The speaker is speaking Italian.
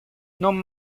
non